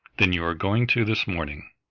then you are going to this morning,